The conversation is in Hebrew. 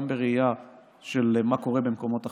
גם בראייה של מה קורה במקומות אחרים,